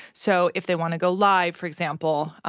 so if they wanna go live, for example,